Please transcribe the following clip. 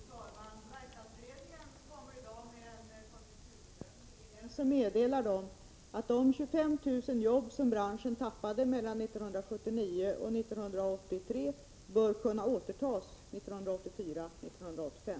Fru talman! Verkstadsberedningen kommer i dag med en konjunkturbedömning. Där meddelas att de 25 000 jobb som branschen förlorade mellan 1979 och 1983 bör kunna återtas 1984-1985.